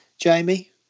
jamie